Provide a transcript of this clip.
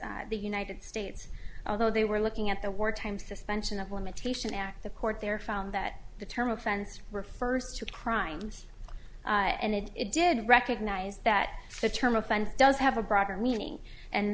vs the united states although they were looking at the wartime suspension of limitation act the court there found that the term offenses were first to crimes and it did recognize that the term offense does have a broader meaning and